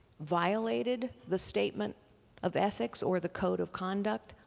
violated the statement of ethics or the code of conduct,